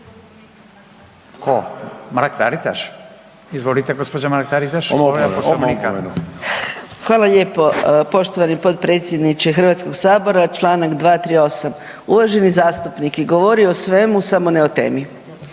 **Mrak-Taritaš, Anka (GLAS)** Hvala lijepo poštovani potpredsjedniče Hrvatskoga sabora. Članak 238. uvaženi zastupnik je govorio o svemu samo ne o temi.